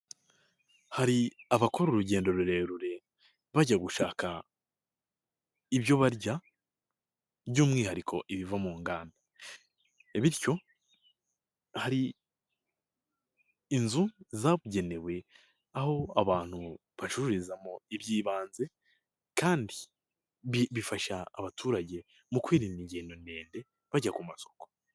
Hari abakora urugendo rurerure bajya gushaka ibyo barya, by'umwihariko ibiva mu Ingando bityo hari inzu zabugenewe, aho abantu bacururizamo iby'ibanze kandi bifasha abaturage mu kwirinda ingendo ndende bajya ku masoko.